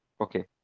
Okay